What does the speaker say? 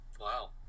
Wow